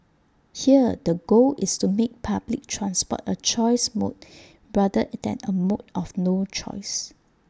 here the goal is to make public transport A choice mode rather than A mode of no choice